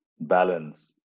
balance